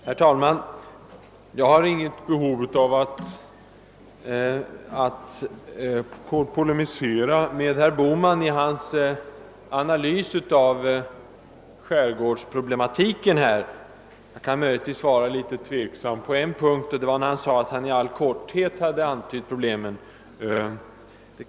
Herr talman! Jag har inget behov av att polemisera med herr Bohman när det gäller hans analys av skärgårdsproblematiken. Jag kan möjligen vara litet tveksam på en punkt, nämligen när han sade att han i all korthet hade antytt problemen.